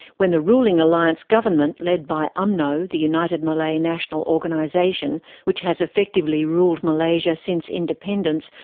when the ruling alliance government, led by umno, the united malay national organisation which has effectively ruled malaysia since independence,